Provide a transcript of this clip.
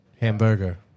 hamburger